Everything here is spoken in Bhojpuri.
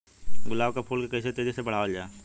गुलाब क फूल के कइसे तेजी से बढ़ावल जा?